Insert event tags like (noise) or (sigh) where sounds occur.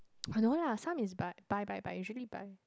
(noise) no lah some is buy buy buy buy usually buy